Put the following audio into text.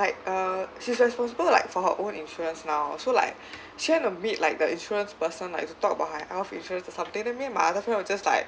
like uh she's responsible like for her own insurance now so like she went to meet like the insurance person like to talk about her health insurance or something then me and my other friend were just like